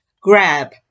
grab